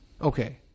Okay